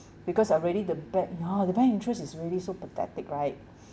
because already the bank ya the bank interest is really so pathetic right